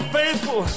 faithful